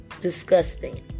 disgusting